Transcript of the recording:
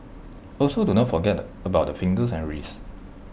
also do not forget about the fingers and wrists